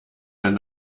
sein